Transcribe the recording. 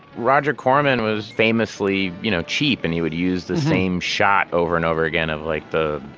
roger corman was famously you know cheap and he would use the same shot over and over again of like the